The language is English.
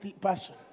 person